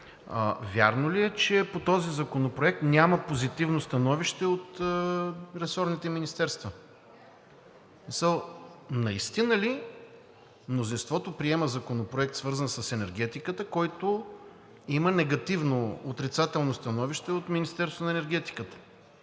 Вярно ли е, че по този законопроект няма позитивно становище от ресорните министерства? В смисъл, наистина ли мнозинството приема законопроект, свързан с енергетиката, който има негативно, отрицателно становище от Министерството на енергетиката?